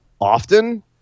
often